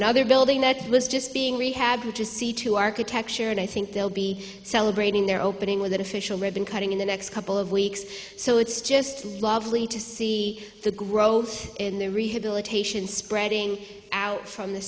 another building that was just being rehabbed to see to architecture and i think they'll be celebrating their opening with an official ribbon cutting in the next couple of weeks so it's just lovely to see the growth in the rehabilitation spreading out from the